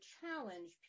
challenge